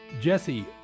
Jesse